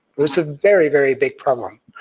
it's a very very big problem.